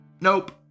Nope